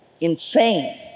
Insane